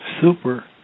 super